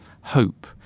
hope